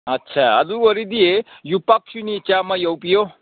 ꯑꯠꯆꯥ ꯑꯗꯨ ꯑꯣꯏꯔꯗꯤ ꯌꯣꯝꯄꯥꯛꯁꯨꯅꯤ ꯆꯥꯝꯃ ꯌꯥꯎꯕꯤꯌꯣ